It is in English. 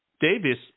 Davis